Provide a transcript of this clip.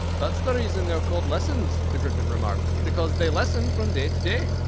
that's the reason they're called lessons, the gryphon remarked because they lessen from day to day.